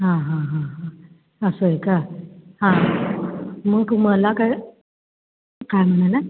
हां हां हां हां असं आहे का हां मग मला काय काय म्हणालात